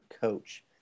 coach